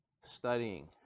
studying